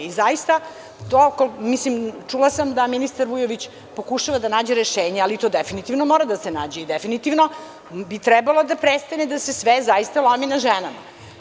Zaista, mislim, čula sam da ministar Vujović pokušava da nađe rešenje, ali za to definitivno mora da se nađe i definitivno bi trebalo da prestane da se sve zaista lomi na ženama.